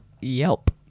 Yelp